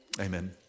Amen